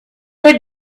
with